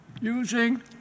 using